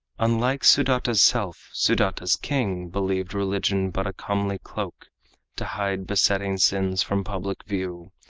unlike sudata's self, sudata's king believed religion but a comely cloak to hide besetting sins from public view,